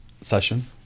session